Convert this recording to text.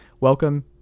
welcome